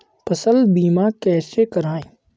फसल बीमा कैसे कराएँ?